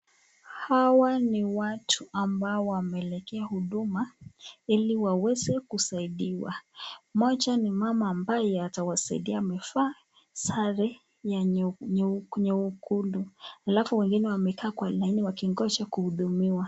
Hawa ni watu ambao wameelekea huduma ili waweze kusaidiwa. Mmoja ni mama ambaye atawasaidia, amevaa sare ya nyekundu, halafu wengine wamekaa kwa laini wakingoja kuhudumiwa.